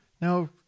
Now